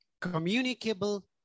communicable